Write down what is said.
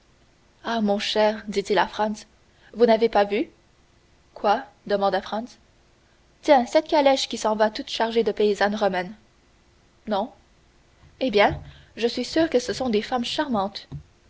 ah mon cher dit-il à franz vous n'avez pas vu quoi demanda franz tenez cette calèche qui s'en va toute chargée de paysannes romaines non eh bien je suis sûr que ce sont des femmes charmantes